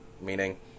meaning